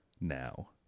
now